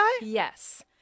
Yes